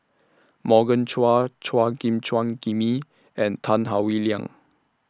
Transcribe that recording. Morgan Chua Chua Gim Jimmy and Tan Howe Liang